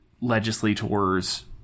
legislators